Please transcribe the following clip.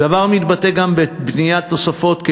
הדבר מתבטא גם בבניית תוספות,